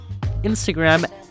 Instagram